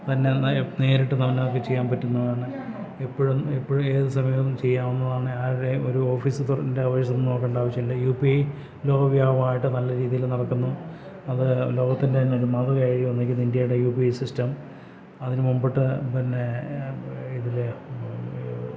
തന്നെ നേരിട്ട് നമുക്ക് ചെയ്യാൻ പറ്റുന്നതാണ് എപ്പോഴും എപ്പോഴും ഏത് സമയവും ചെയ്യാവുന്നതാണ് ആരുടെയും ഒരു ഓഫീസ് തുറന്നതിൻറ്റേ അവേഴ്സ് ഒന്നും നോക്കേണ്ട ആവശ്യമില്ല യു പി ഐ ലോക വ്യാപകമായിട്ട് നല്ല രീതിയിൽ നടക്കുന്നു അത് ലോകത്തിൻ്റെ തന്നെ ഒരു മാതൃകയായി വന്നിരിക്കുന്നു ഇന്ത്യയുടെ യു പി ഐ സിസ്റ്റം അതിനുമുമ്പത്തെ പിന്നെ ഇതിൽ